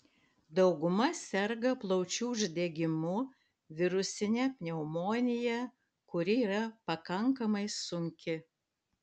dauguma serga plaučių uždegimu virusine pneumonija kuri yra pakankamai sunki